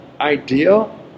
ideal